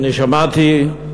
אני שמעתי,